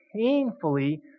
painfully